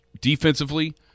defensively